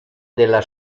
della